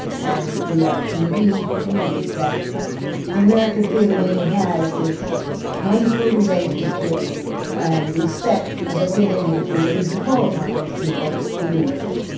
and we are indeed pleased that the american theatre wing has this wonderful relationship and respect of the theatre industry that we can call upon these people to do this.